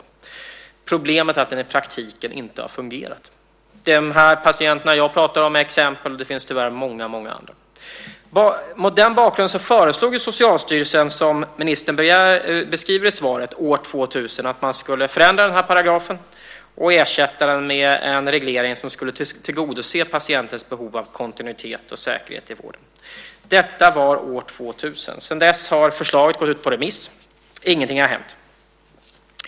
Problemet är att den i praktiken inte har fungerat. De patienter jag pratat om är exempel. Det finns tyvärr många, många andra. Mot den bakgrunden föreslog Socialstyrelsen år 2000, som ministern beskriver i svaret, att man skulle förändra den här paragrafen och ersätta den med en reglering som skulle tillgodose patientens behov av kontinuitet och säkerhet i vården. Detta var år 2000. Sedan dess har förslaget gått ut på remiss. Ingenting har hänt.